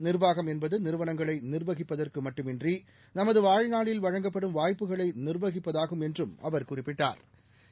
நிர்வாகம் என்பதுநிறுவனங்களைநிர்வகிப்பதற்குமட்டுமன்றி நமதுவாழ்நாளில் வழங்கப்படும் வாய்ப்புகளைநிர்வகிப்பதாகும் என்றுஅவர் குறிப்பிட்டாா்